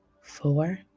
four